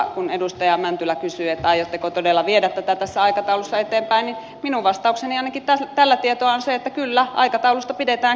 kun edustaja mäntylä kysyi että aiotteko todella viedä tätä tässä aikataulussa eteenpäin niin minun vastaukseni ainakin tällä tietoa on se että kyllä aikataulusta pidetään kiinni